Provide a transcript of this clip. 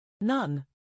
None